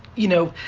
you know,